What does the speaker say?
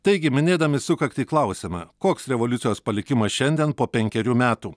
taigi minėdami sukaktį klausiame koks revoliucijos palikimas šiandien po penkerių metų